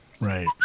Right